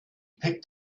picked